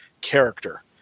character